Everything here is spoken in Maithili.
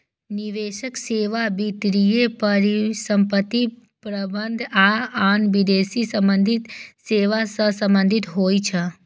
निवेश सेवा वित्तीय परिसंपत्ति प्रबंधन आ आन निवेश संबंधी सेवा सं संबंधित होइ छै